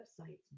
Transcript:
websites